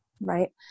right